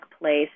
place